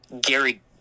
gary